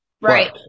Right